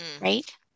right